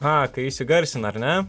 a kai jis įgarsina ar ne